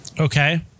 Okay